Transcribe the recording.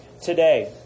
today